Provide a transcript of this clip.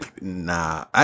nah